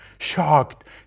Shocked